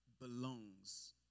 belongs